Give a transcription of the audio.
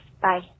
Bye